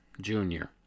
junior